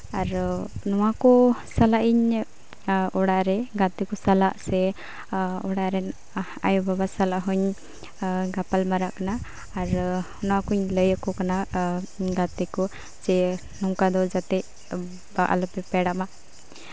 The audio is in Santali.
ᱟᱨ ᱱᱚᱣᱟᱠᱚ ᱥᱟᱞᱟᱜ ᱤᱧ ᱚᱲᱟᱜ ᱨᱮ ᱜᱟᱛᱮ ᱠᱚ ᱥᱟᱞᱟᱜ ᱥᱮ ᱚᱲᱟᱜ ᱨᱮᱱ ᱟᱭᱳᱼᱵᱟᱵᱟ ᱥᱟᱞᱟᱜ ᱦᱚᱧ ᱜᱟᱯᱟᱞᱢᱟᱨᱟᱜ ᱠᱟᱱᱟ ᱟᱨ ᱚᱱᱟ ᱠᱚᱧ ᱞᱟᱹᱭ ᱟᱠᱚ ᱠᱟᱱᱟ ᱜᱟᱛᱮ ᱠᱚ ᱥᱮ ᱱᱚᱝᱠᱟ ᱫᱚ ᱡᱟᱛᱮ ᱟᱞᱚ ᱯᱮ ᱯᱮᱲᱟᱜ ᱢᱟ